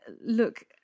look